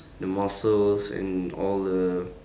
the muscles and all the